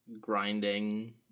grinding